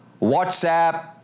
WhatsApp